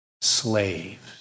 Slaves